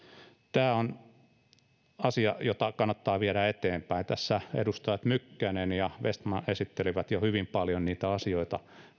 tämä on asia jota kannattaa viedä eteenpäin tässä edustajat mykkänen ja vestman esittelivät jo hyvin paljon niitä asioita